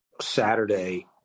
Saturday